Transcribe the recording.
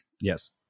Yes